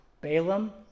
Balaam